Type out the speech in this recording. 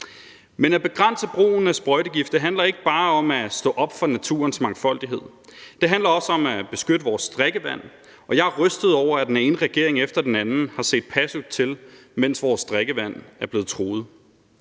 Men at begrænse brugen af sprøjtegifte handler ikke bare om at stå op for naturens mangfoldighed; det handler også om at beskytte vores drikkevand. Og jeg er rystet over, at den ene regering efter den anden har set passivt til, mens vores drikkevand er blevet truet.